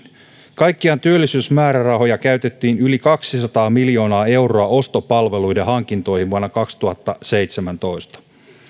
kaikkiaan työllisyysmäärärahoja käytettiin yli kaksisataa miljoonaa euroa ostopalveluiden hankintoihin vuonna kaksituhattaseitsemäntoista